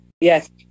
Yes